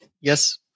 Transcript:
Yes